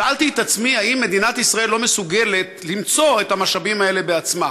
שאלתי את עצמי האם מדינת ישראל לא מסוגלת למצוא את המשאבים האלה בעצמה.